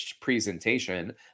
presentation